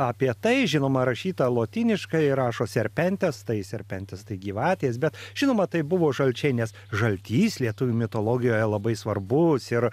apie tai žinoma rašyta lotyniškai rašo serpentes serpentes tai gyvatės bet žinoma tai buvo žalčiai nes žaltys lietuvių mitologijoje labai svarbus ir